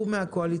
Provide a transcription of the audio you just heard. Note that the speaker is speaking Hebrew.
היא מן הקואליציה,